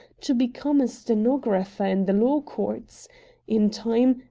to become a stenographer in the law courts in time,